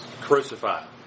crucified